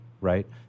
right